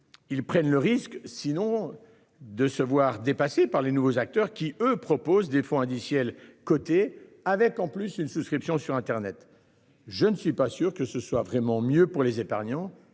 Ils prennent le risque sinon de se voir dépassée par les nouveaux acteurs qui, eux, proposent des fonds indiciels côtés avec en plus une souscription sur internet. Je ne suis pas sûr que ce soit vraiment mieux pour les épargnants